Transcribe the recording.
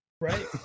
Right